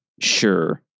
Sure